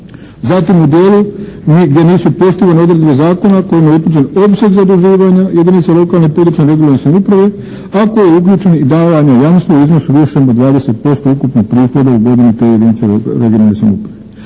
Zatim u dijelu gdje nisu poštivane odredbe zakona kojim je utvrđen opseg zaduživanja jedinica lokalne i područne (regionalne) samouprave ako je uključen i davanja jamstva u iznosu višem od 20% ukupnog prihoda u godini te jedinice regionalne samouprave.